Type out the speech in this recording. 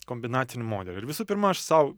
kombinacinį modelį ir visų pirma aš sau